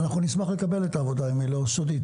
אנחנו נשמח לקבל את העבודה, אם היא לא סודית.